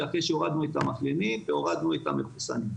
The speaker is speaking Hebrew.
זה אחרי שהורדנו את המחלימים והורדנו את המחוסנים.